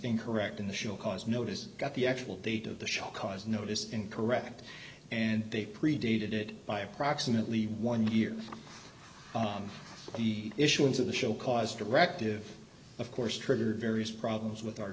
incorrect in the show cause notice got the actual date of the show cause notice in correct and they predated it by approximately one year the issuance of the show cause directive of course trigger very has problems with our